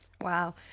Wow